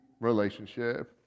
relationship